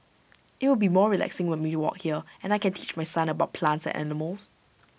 IT will be more relaxing when we walk here and I can teach my son about plants and animals